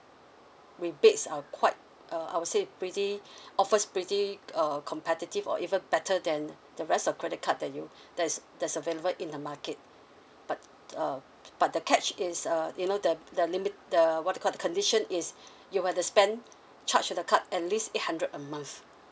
rebates are quite uh I would say pretty offers pretty uh competitive or even better than the rest of credit card that you that's that's available in the market but uh but the catch is uh you know the the limit the what do you call that the condition is you'll have to spend charge to the card at least eight hundred a month